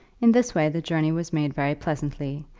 in this way the journey was made very pleasantly,